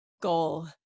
goal